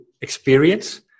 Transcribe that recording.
experience